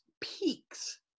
peaks